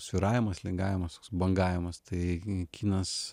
svyravimas lingavimas bangavimas tai kinas